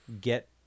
get